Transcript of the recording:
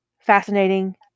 fascinating